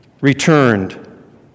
returned